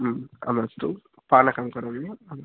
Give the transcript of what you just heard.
आम् अस्तु पानकं करोमि वा